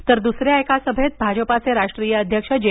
तर दुसऱ्या एका सभेत भाजपचे राष्ट्रीय अध्यक्ष जे